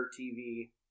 TV